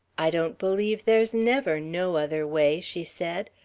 i don't believe there's never no other way she said.